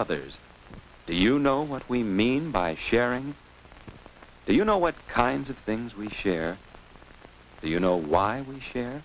others do you know what we mean by sharing do you know what kinds of things we share so you know why we share